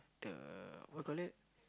the what you call it